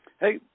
hey